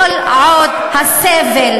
את צריכה ללכת לשם, כל עוד הסבל